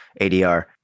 ADR